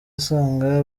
asanga